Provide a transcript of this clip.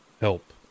help